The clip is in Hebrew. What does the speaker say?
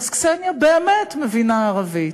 אז קסניה באמת מבינה ערבית.